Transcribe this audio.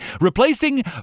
Replacing